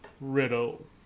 riddle